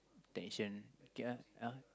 attention okay ah uh